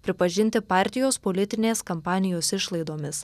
pripažinti partijos politinės kampanijos išlaidomis